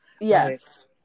Yes